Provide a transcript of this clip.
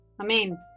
Amen